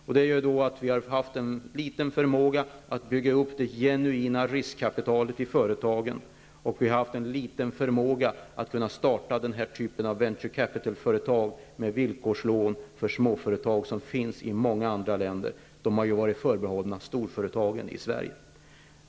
Vi har därför haft en liten förmåga att bygga upp det genuina riskkapitalet i företagen, och vi har haft en liten förmåga att starta den typ av venture capital-företag med villkorslån för småföretag som finns i många andra länder. De har varit förbehållna storföretagen i Sverige.